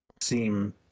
seem